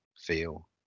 feel